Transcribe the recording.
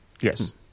Yes